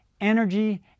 energy